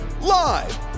live